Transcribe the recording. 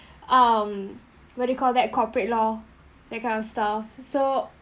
um what it call that corporate law that kind of stuff so